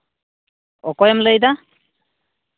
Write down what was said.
ᱚᱠᱚᱭᱮᱢ ᱞᱟᱹᱭᱫᱟ